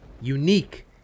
Unique